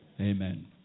Amen